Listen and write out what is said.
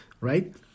right